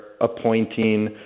appointing